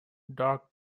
dark